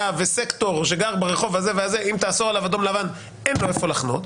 וסקטור שגר ברחוב הזה אם תאסור עליו אדום-לבן אין לו איפה לחנות,